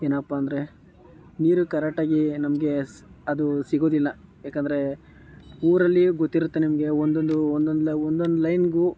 ಏನಪ್ಪಾ ಅಂದರೆ ನೀರು ಕರೆಟ್ಟಾಗಿ ನಮಗೆ ಅದು ಸಿಗೋದಿಲ್ಲ ಯಾಕಂದರೆ ಊರಲ್ಲಿ ಗೊತ್ತಿರುತ್ತೆ ನಿಮಗೆ ಒಂದೊಂದು ಒಂದೊಂದು ಒಂದೊಂದು ಲೈನಿಗೂ